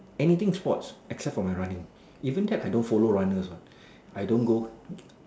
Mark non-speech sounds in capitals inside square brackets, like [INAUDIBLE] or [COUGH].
anything sports except for my running even that I don't follow runners one I don't go [NOISE]